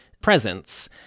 presence